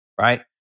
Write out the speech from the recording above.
right